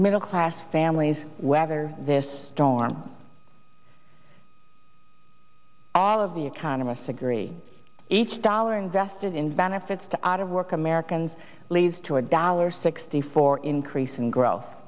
middle class families whether this storm all of the economists agree each dollar invested in benefits to out of work americans leads to a dollar sixty four increase in growth